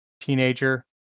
teenager